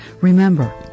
Remember